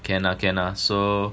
can lah can lah so